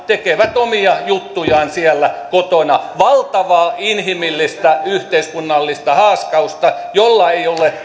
tekevät omia juttujaan siellä kotona valtavaa inhimillistä yhteiskunnallista haaskausta jolla ei ole